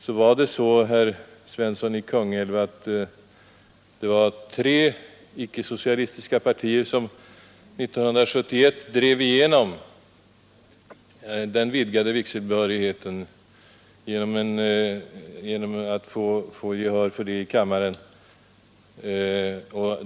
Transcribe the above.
Det var så, herr Svensson i Kungälv, att det var de tre icke socialistiska partierna som år 1971 drev igenom krav på den vidgade vigselbehörigheten genom att få gehör i kammaren för en motion om skrivelse till regeringen om ändrad lagstiftning.